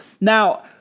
Now